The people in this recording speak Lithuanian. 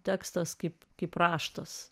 tekstas kaip kaip raštas